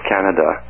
Canada